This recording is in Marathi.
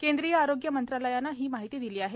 केंद्रीय आरोग्य मंत्रालयानं ही माहिती दिली आहे